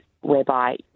whereby